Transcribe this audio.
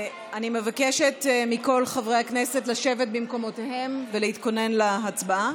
אני מבקשת מכל חברי הכנסת לשבת במקומותיהם ולהתכונן להצבעה.